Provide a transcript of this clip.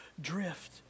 drift